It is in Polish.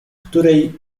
której